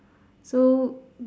so